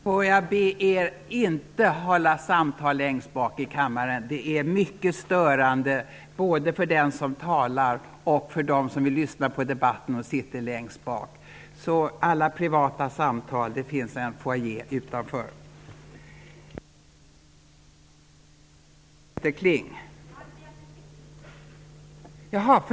Får jag be er längst bak i kammaren att inte föra samtal. Det är mycket störande både för den som talar och för dem som sitter längst bak och vill lyssna på debatten. Det finns en foajé utanför kammaren för alla privata samtal.